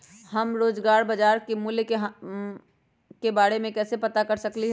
हम रोजाना बाजार के मूल्य के के बारे में कैसे पता कर सकली ह?